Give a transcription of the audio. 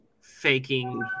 faking